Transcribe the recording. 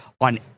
on